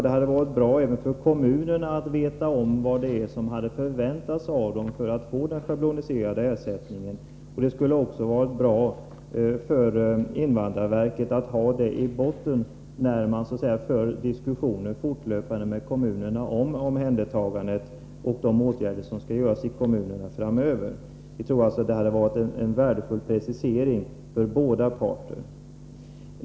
Det hade varit bra inte minst för kommunerna att veta vad som förväntas av dem för att få den schabloniserade ersättningen. Det skulle också ha varit bra för invandrarverket att ha det i botten vid fortlöpande diskussioner med kommunerna om omhändertagande och om de åtgärder som skall vidtas i kommunerna framöver. Vi tror att det hade varit värdefullt för båda parter att få en sådan precisering.